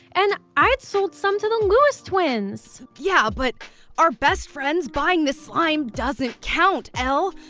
and i sold some to the lewis twins! yeah, but our best friends buying the slime doesn't count, elle.